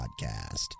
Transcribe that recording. podcast